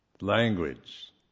language